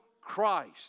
Christ